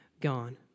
gone